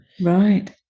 Right